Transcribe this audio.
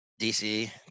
DC